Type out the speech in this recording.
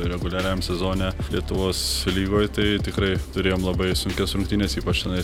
reguliariajam sezone lietuvos lygoj tai tikrai turėjom labai sunkias rungtynes ypač tenais